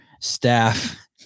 staff